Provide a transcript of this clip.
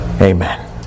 Amen